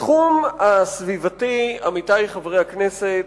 בתחום הסביבתי, עמיתי חברי הכנסת,